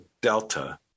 Delta